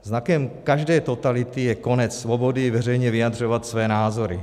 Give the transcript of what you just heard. Znakem každé totality je konec svobody veřejně vyjadřovat své názory.